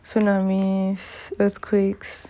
tsunamis earthquakes